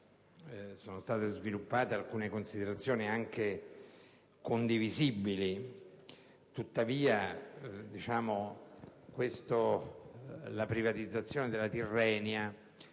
sono state sviluppate anche considerazioni condivisibili; tuttavia, la privatizzazione della Tirrenia